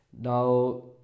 now